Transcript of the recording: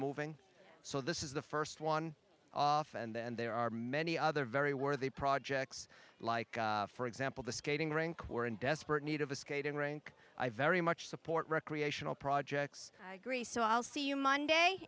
moving so this is the first one off and then there are many other very worthy projects like for example the skating rink or in desperate need of a skating rink i very much support recreational projects grease so i'll see you monday